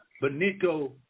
benito